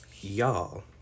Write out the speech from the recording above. y'all